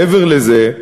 מעבר לזה,